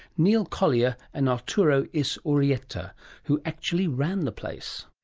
neil collier and arturo izurieta who actually ran the place.